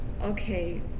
Okay